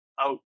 out